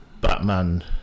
Batman